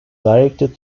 directed